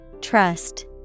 Trust